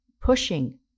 pushing